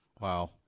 Wow